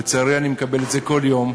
לצערי, אני מקבל את זה כל יום,